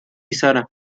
sara